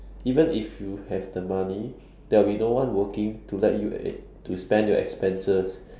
even if you have the money there'll be no one working to let you uh to spend your expenses